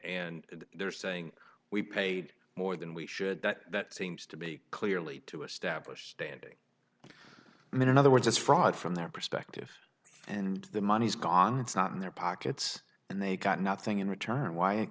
and they're saying we paid more than we should that that seems to be clearly to establish standing i mean in other words it's fraud from their perspective and the money is gone it's not in their pockets and they got nothing in return why